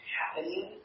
happening